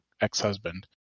ex-husband